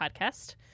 podcast